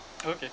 okay